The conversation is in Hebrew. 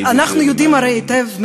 אבל אנחנו יודעים הרי היטב,